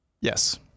Yes